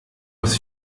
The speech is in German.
aus